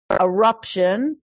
eruption